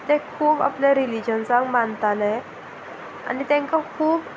ते खूब आपल्या रिलीजन्सांक मानताले आनी तांकां खूब